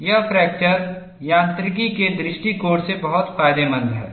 यह फ्रैक्चर यांत्रिकी के दृष्टिकोण से बहुत फायदेमंद है